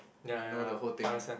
you know the whole thing